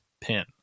pin